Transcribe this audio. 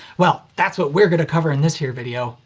well, that's what we're gonna cover in this here video.